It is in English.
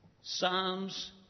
psalms